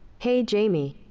hey, jamie.